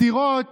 סתירות